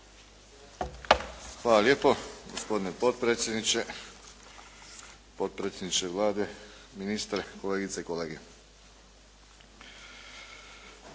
Hvala lijepo. Gospodine potpredsjedniče, potpredsjedniče Vlade, ministre, kolegice i kolege.